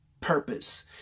purpose